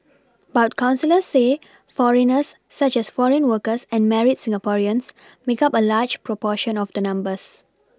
but counsellors say foreigners such as foreign workers and married Singaporeans make up a large proportion of the numbers